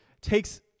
takes